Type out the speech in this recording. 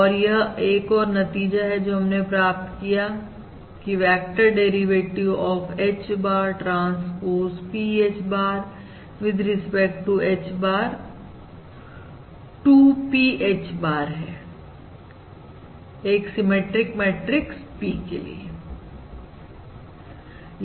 तो यह एक और नतीजा है जो हमने प्राप्त किया है की vector derivative of H bar transpose P H bar with respect to H bar 2 P H bar है एक सिमिट्रिक मैट्रिक्स P के लिए